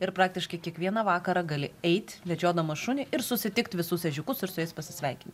ir praktiškai kiekvieną vakarą gali eit vedžiodamas šunį ir susitikt visus ežiukus ir su jais pasisveikinti